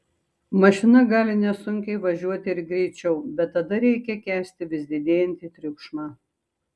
mašina gali nesunkiai važiuoti ir greičiau bet tada reikia kęsti vis didėjantį triukšmą